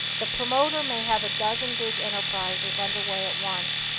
the promoter may have a dozen big enterprises under way at once,